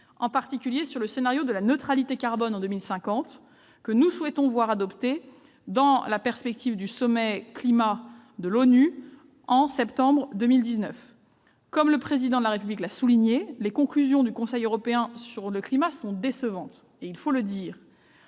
en particulier sur le scénario de neutralité carbone en 2050, que nous souhaitons voir adopter dans la perspective du sommet Action climat de l'ONU en septembre 2019. Comme le Président de la République l'a souligné, les conclusions du Conseil européen sur le climat sont décevantes. Alors que les